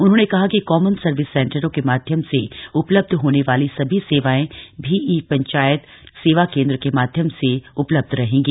उन्होंने कहा कि कॉमन सर्विस सेंटरों के माध्यम से उपलब्ध होने वाली सभी सेवाएं भी ई पंचायत सेवा केन्द्र के माध्यम से भी उपलब्ध रहेंगी